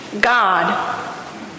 God